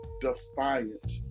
defiant